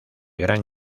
gran